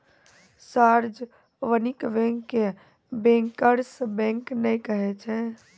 सार्जवनिक bank के bankers bank नै कहै छै